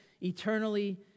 eternally